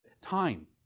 time